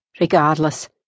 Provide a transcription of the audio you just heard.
Regardless